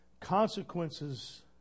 consequences